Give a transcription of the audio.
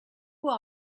who